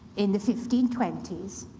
in the fifteen twenty s,